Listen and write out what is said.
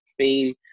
theme